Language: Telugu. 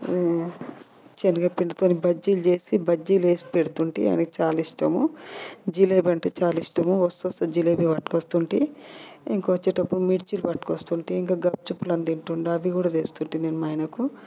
శెనగపిండితోని బజ్జీలు చేసి బజ్జీలు వేసి పెడుతుంటే ఆయనకి చాలా ఇష్టము జిలేబి అంటే చాలా ఇష్టము వస్తూ వస్తూ జిలేబి పట్టుకొస్తుంటే ఇంకా వచ్చేటప్పుడు మిర్చీలు పట్టుకొస్తుంటే ఇంకా గప్ చుప్ అని తింటుండే అవి కూడా తీసుకొస్తుండే నేను మా ఆయనకు